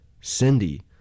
Cindy